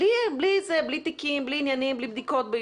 בלי תיקים, בלי עניינים, בלי בדיקות.